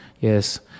yes